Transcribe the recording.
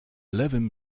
lewym